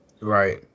right